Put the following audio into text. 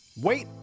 Wait